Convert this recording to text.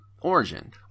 Origin